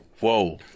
whoa